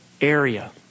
area